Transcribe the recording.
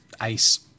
ice